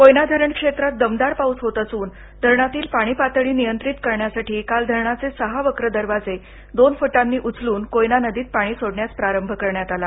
कोयना धरण क्षेत्रात दमदार पाऊस होत असून धरणातील पाणी पातळी नियंत्रित करण्यासाठी काल धरणाचे सहा वक्र दरवाजे दोन फ्टांनी उचलून कोयना नदीत पाणी सोडण्यास प्रारंभ करण्यात आला